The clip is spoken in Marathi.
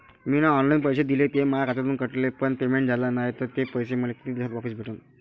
मीन ऑनलाईन पैसे दिले, ते माया खात्यातून कटले, पण पेमेंट झाल नायं, ते पैसे मले कितीक दिवसात वापस भेटन?